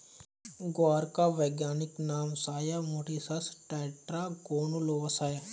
ग्वार का वैज्ञानिक नाम साया मोटिसस टेट्रागोनोलोबस है